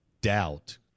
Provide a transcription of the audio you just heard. doubt